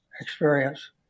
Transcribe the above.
experience